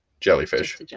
jellyfish